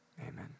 amen